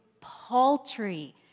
paltry